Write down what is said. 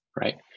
right